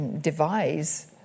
devise